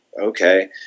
okay